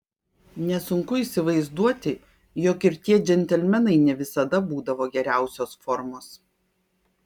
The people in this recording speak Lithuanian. nesunku įsivaizduoti jog ir tie džentelmenai ne visada būdavo geriausios formos